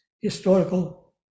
historical